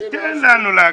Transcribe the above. תן לנו להקשיב.